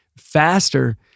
Faster